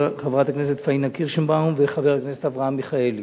חברת הכנסת פאינה קירשנבאום וחבר הכנסת אברהם מיכאלי.